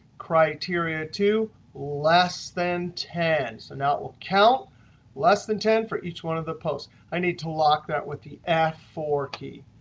criteria two less than ten. so now it will count less than ten for each one of the posts. i need to lock that with the f four key,